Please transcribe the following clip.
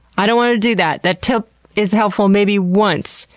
i don't wanna do that! that tip is helpful maybe once,